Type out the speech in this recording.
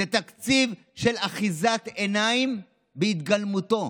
זה תקציב של אחיזת עיניים בהתגלמותה.